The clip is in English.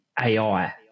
ai